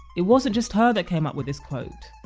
it wasn't just her that came up with this quote.